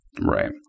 Right